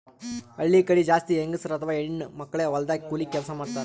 ಹಳ್ಳಿ ಕಡಿ ಜಾಸ್ತಿ ಹೆಂಗಸರ್ ಅಥವಾ ಹೆಣ್ಣ್ ಮಕ್ಕಳೇ ಹೊಲದಾಗ್ ಕೂಲಿ ಕೆಲ್ಸ್ ಮಾಡ್ತಾರ್